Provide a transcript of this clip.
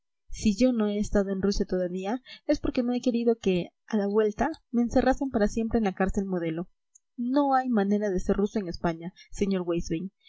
si yo no he estado en rusia todavía es porque no he querido que a la vuelta me encerrasen para siempre en la cárcel modelo no hay manera de ser ruso en españa sr